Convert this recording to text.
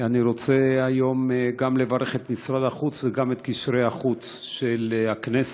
אני רוצה היום לברך גם את משרד החוץ וגם את קשרי החוץ של הכנסת.